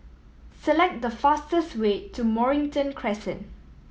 select the fastest way to Mornington Crescent